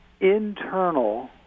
internal